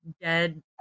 dead